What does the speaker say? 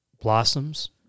blossoms